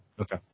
okay